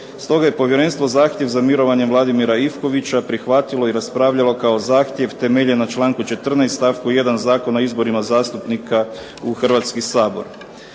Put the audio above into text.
Stoga je povjerenstvo zahtjev za mirovanjem Vladimira Ivkovića prihvatilo i raspravljalo kao zahtjev temeljen na članku 14. stavku 1. Zakona o izborima zastupnika u Hrvatski sabor.